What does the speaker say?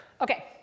Okay